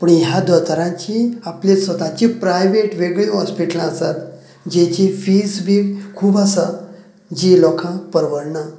पूण ह्या दोतोरांची आपली स्वताची प्रायवेट वेगळी हॉस्पिटलां आसात जेची फीझ बी खूब आसा जी लोकांक परवडना